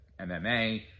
MMA